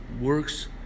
Works